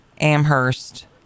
Amherst